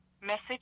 message